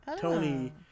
Tony